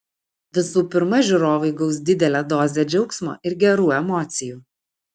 visų pirma žiūrovai gaus didelę dozę džiaugsmo ir gerų emocijų